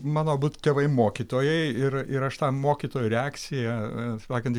mano abu tėvai mokytojai ir ir aš tą mokytojų reakciją a sakant